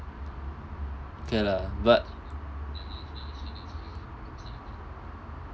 okay lah but